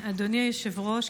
אדוני היושב-ראש,